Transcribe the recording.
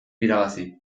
irabazi